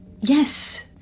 Yes